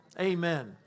Amen